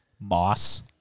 Moss